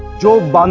job ah and